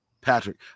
Patrick